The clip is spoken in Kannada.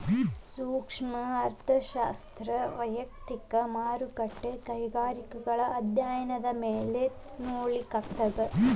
ಸೂಕ್ಷ್ಮ ಅರ್ಥಶಾಸ್ತ್ರ ವಯಕ್ತಿಕ ಮಾರುಕಟ್ಟೆ ಕೈಗಾರಿಕೆಗಳ ಅಧ್ಯಾಯನದ ಮೇಲೆ ಕೇಂದ್ರೇಕೃತವಾಗಿರ್ತದ